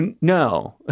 No